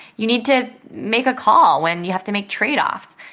you need to make a call when you have to make tradeoffs.